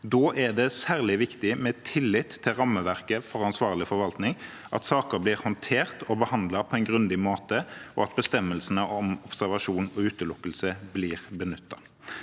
Da er det særlig viktig for tilliten til rammeverket for ansvarlig forvaltning at saker blir håndtert og behandlet på en grundig måte, og at bestemmelsene om observasjon og utelukkelse blir benyttet.